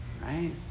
Right